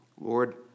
Lord